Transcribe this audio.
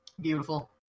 Beautiful